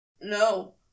No